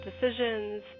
decisions